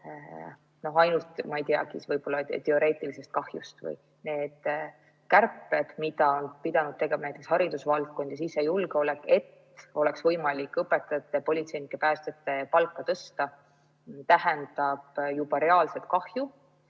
ainult, ma ei tea, võib-olla teoreetilisest kahjust. Need kärped, mida on pidanud tegema näiteks haridusvaldkond ja sisejulgeolek, et oleks võimalik õpetajate ning politseinike ja päästjate palka tõsta, tähendavad juba reaalset kahju.